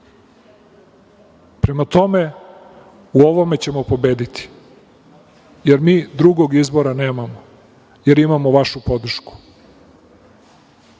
tome, u ovome ćemo pobediti, jer mi drugog izbora nemamo, jer imamo vašu podršku.